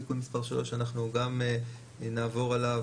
תיקון מספר 3 אנחנו גם נעבור עליו,